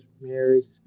Mary